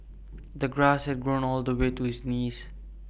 the grass had grown all the way to his knees